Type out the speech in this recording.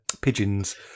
pigeons